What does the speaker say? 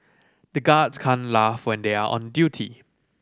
the guards can't laugh when they are on duty